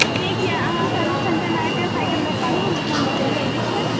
ठीक छै अहाँ सर्विस सेंटरमे आबिके साइकिल देखा लू हम फोन रखै छी ठीक छै